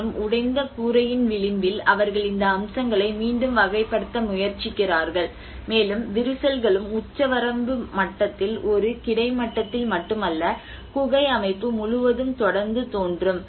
மற்றும் உடைந்த கூரையின் விளிம்பில் அவர்கள் இந்த அம்சங்களை மீண்டும் வகைப்படுத்த முயற்சிக்கிறார்கள் மேலும் விரிசல்களும் உச்சவரம்பு மட்டத்தில் ஒரு கிடைமட்டத்தில் மட்டுமல்ல குகை அமைப்பு முழுவதும் தொடர்ந்து தோன்றும்